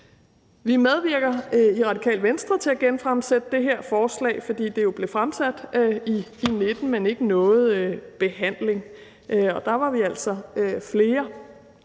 Vi medvirker i Radikale Venstre til at genfremsætte det her forslag, for det blev fremsat i 2019, men nåede ikke behandling. Der var vi altså flere,